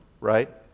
right